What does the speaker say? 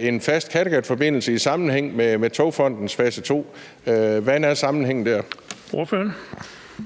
en fast Kattegatforbindelse i sammenhæng med Togfonden DK's fase to? Hvordan er sammenhængen dér?